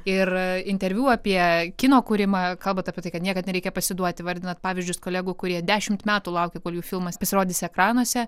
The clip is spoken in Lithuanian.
ir interviu apie kino kūrimą kalbat apie tai kad niekad nereikia pasiduoti vardinat pavyzdžius kolegų kurie dešimt metų laukė kol jų filmas pasirodys ekranuose